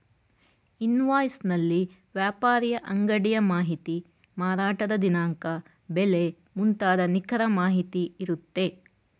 invoice ನಲ್ಲಿ ವ್ಯಾಪಾರಿಯ ಅಂಗಡಿಯ ಮಾಹಿತಿ, ಮಾರಾಟದ ದಿನಾಂಕ, ಬೆಲೆ ಮುಂತಾದ ನಿಖರ ಮಾಹಿತಿ ಇರುತ್ತೆ